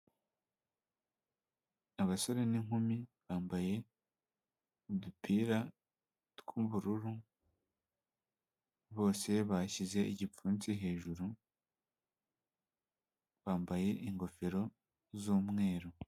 Abasore n'inkumi bambaye udupira tw'ubururu bose bashyize igipfunsi hejuru bambaye ingofero z'umweru.